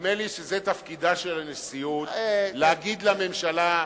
נדמה לי שזה תפקידה של הנשיאות להגיד לממשלה.